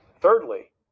Thirdly